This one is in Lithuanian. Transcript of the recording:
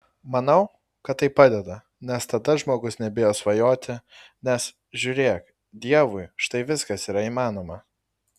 manau kad tai padeda nes tada žmogus nebijo svajoti nes žiūrėk dievui štai viskas yra įmanoma